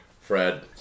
Fred